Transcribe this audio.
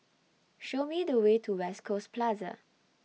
Show Me The Way to West Coast Plaza